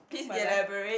cause my life